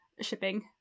shipping